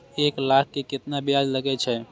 एक लाख के केतना ब्याज लगे छै?